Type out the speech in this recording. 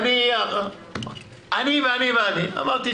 אמרתי: